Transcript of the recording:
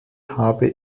habe